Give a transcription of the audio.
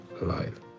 life